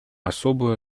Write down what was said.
особую